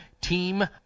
Team